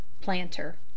Planter